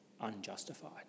unjustified